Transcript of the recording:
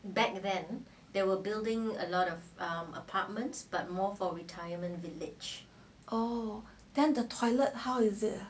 orh then the toilet how is it